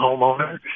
homeowner